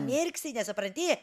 mirksi nesupranti